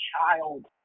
child